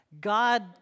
God